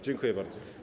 Dziękuję bardzo.